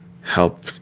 help